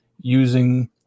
using